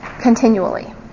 continually